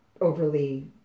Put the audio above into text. overly